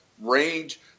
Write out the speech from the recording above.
range